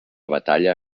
batalla